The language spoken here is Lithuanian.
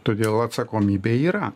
todėl atsakomybė yra